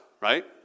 right